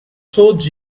told